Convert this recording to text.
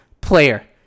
player